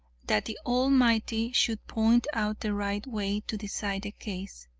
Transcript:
that the almighty should point out the right way to decide the case.